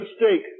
mistake